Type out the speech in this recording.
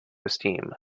esteem